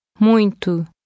Muito